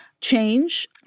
change